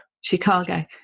Chicago